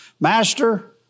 Master